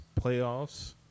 playoffs